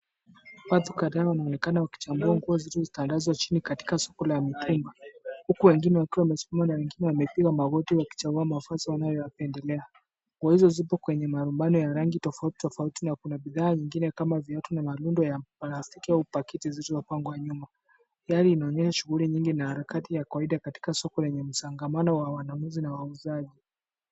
Watu kadhaa wanaonekana wakichagua nguo zilizotandazwa chini katika soko la mtumba. Huku wengine wakiwa wamesimama na wengine wamepiga magoti wakichagua mavazi wanayotapendelea. Nguo ziko katika malumbano tofauti tofauti na kuna bidhaa zingine kama vile long'i na Marundo ya plastiki yaliyo pangwa nyuma. Gari linaonyesha shughuli nyingi katika soko lenye shughuli nyingi za wanunuzi na wauzaji.